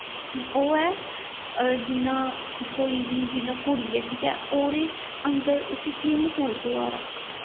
ओह् ऐ जियां कोई बी जियां कुड़ी ऐ ठीक ऐ ओह्दे अन्दर उसी केह् मैह्सूस होआ दा